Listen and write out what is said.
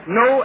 no